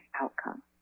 outcome